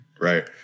Right